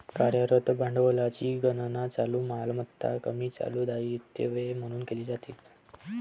कार्यरत भांडवलाची गणना चालू मालमत्ता कमी चालू दायित्वे म्हणून केली जाते